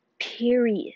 Period